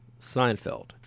Seinfeld